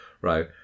right